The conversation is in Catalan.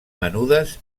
menudes